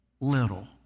little